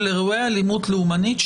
של אירועי אלימות לאומית,